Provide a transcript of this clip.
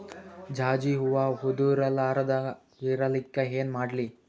ಜಾಜಿ ಹೂವ ಉದರ್ ಲಾರದ ಇರಲಿಕ್ಕಿ ಏನ ಮಾಡ್ಲಿ?